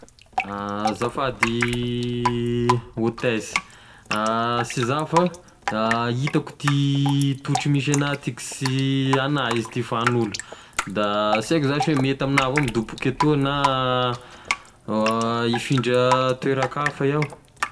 Azafady hôtesy sy za fa hitako ty totry misy agnah ty, ko sy agnah izy ty fa agn'olo, da sy aiko zash hoe mety amignah avao midoboky atoy na hifindra toeran-kafa iaho.